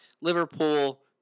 Liverpool